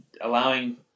allowing